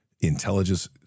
intelligence